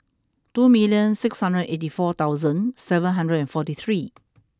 two million six hundred eighty four thousand seven hundred and forty three